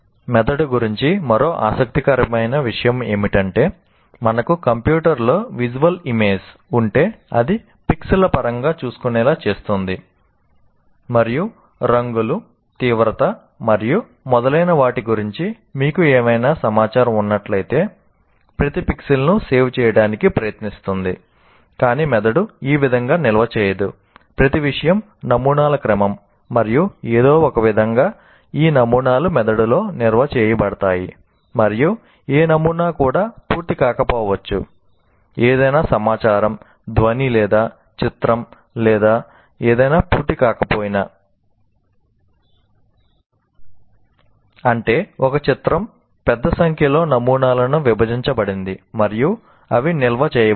మెదడు గురించి మరో ఆసక్తికరమైన విషయం ఏమిటంటే మనకు కంప్యూటర్లో విజువల్ ఇమేజ్ అంటే ఒక చిత్రం పెద్ద సంఖ్యలో నమూనాలుగా విభజించబడింది మరియు అవి నిల్వ చేయబడతాయి